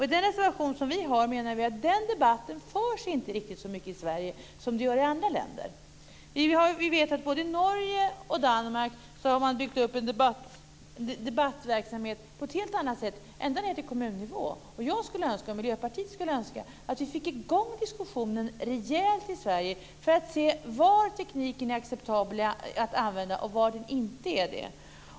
I den reservation som vi har, menar vi att den debatten inte förs riktigt så mycket i Sverige som i andra länder. I både Norge och Danmark har man byggt upp en debattverksamhet på ett helt annat sätt ända ned till kommunnivå. Jag och Miljöpartiet skulle önska att vi fick i gång diskussionen rejält i Sverige för att se var tekniken är acceptabel att använda och var den inte är det.